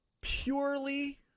purely